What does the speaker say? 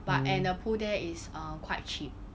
but at the pool there is err quite cheap